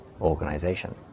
organization